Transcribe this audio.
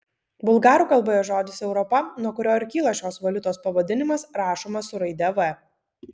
bulgarų kalboje žodis europa nuo kurio ir kyla šios valiutos pavadinimas rašomas su raide v